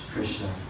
Krishna